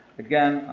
again,